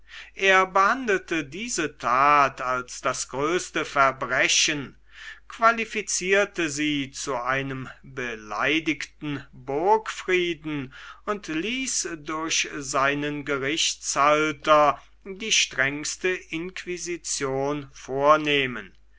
er behandelte diese tat als das größte verbrechen qualifizierte sie zu einem beleidigten burgfrieden und ließ durch seinen gerichtshalter die strengste inquisition vornehmen